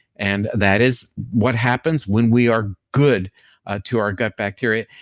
and that is what happens when we are good to our gut bacteria.